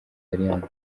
alliance